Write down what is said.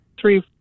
three